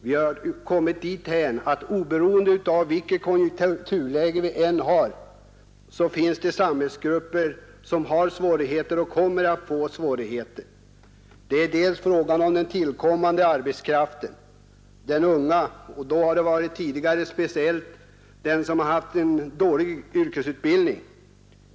Vi har kommit dithän, att oberoende av det rådande konjunkturläget så finns det samlingsgrupper som har svårigheter och kommer att få svårigheter. Det är först frågan om den tillkommande unga arbetskraften — och tidigare gällde det speciellt dem som haft en dålig yrkesutbildning.